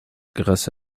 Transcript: grâce